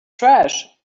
trash